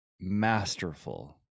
masterful